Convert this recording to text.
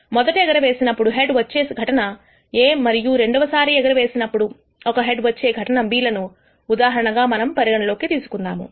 మొదట ఎగరవేసినప్పుడు హెడ్ వచ్చే ఘటన A మరియు రెండవ సారి ఎగరవేసినప్పుడు ఒక హెడ్ వచ్చే ఘటన B లను ఉదాహరణగా మనము పరిగణలోకి తీసుకుందాము